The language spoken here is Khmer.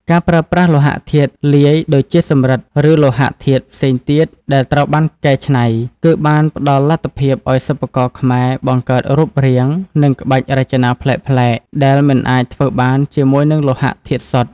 ការប្រើប្រាស់លោហៈធាតុលាយ ដូចជាសំរិទ្ធ ឬលោហៈធាតុផ្សេងទៀតដែលត្រូវបានកែច្នៃ គឺបានផ្ដល់លទ្ធភាពឱ្យសិប្បករខ្មែរបង្កើតរូបរាង និងក្បាច់រចនាប្លែកៗ ដែលមិនអាចធ្វើបានជាមួយនឹងលោហៈធាតុសុទ្ធ។